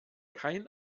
kein